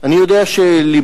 אני יודע שלבך,